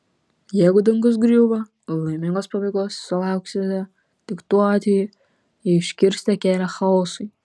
jeigu dangus griūva laimingos pabaigos sulauksite tik tuo atveju jei užkirsite kelią chaosui